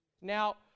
Now